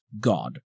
God